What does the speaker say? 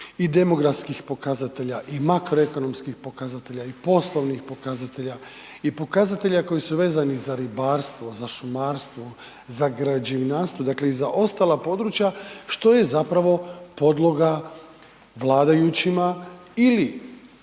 i demografskih pokazatelja, i makroekonomskih pokazatelja, i poslovnih pokazatelja, i pokazatelja koji su vezani za ribarstvo, za šumarstvo, za građevinarstvo, dakle i za ostala područja što je zapravo podloga vladajućima ili